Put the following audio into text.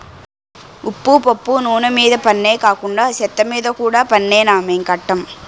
ఉప్పు పప్పు నూన మీద పన్నే కాకండా సెత్తమీద కూడా పన్నేనా మేం కట్టం